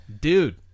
Dude